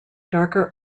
darker